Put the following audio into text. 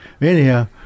Anyhow